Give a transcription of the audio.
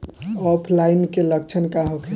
ऑफलाइनके लक्षण का होखे?